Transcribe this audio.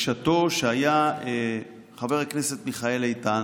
בשעתו, אבל כשהיה חבר הכנסת מיכאל איתן